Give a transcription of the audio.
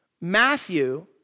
Matthew